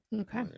Okay